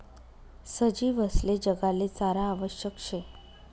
सजीवसले जगाले चारा आवश्यक शे